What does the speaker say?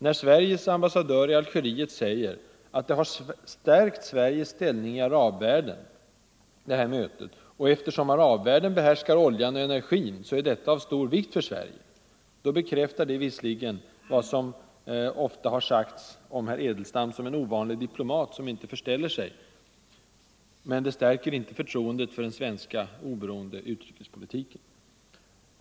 När Sveriges ambassadör i Algeriet säger att mötet har stärkt Sveriges ställning i arabvärlden, och eftersom arabvärlden behärskar oljan och energin så är detta av stor vikt för Sverige — då bekräftar detta visserligen vad som ofta har sagts om herr Edelstam som en ovanlig diplomat som inte förställer sig, men det stärker inte förtroendet för den svenska oberoende utrikespolitiken.